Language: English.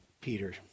Peter